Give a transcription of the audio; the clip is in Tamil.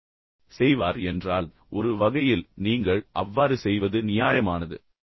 கொடுக்கப்பட்ட சூழ்நிலையில் அந்த நபர் உங்களுக்கும் அவ்வாறே செய்வார் என்றால் ஒரு வகையில் நீங்கள் அவ்வாறு செய்வது நியாயமானது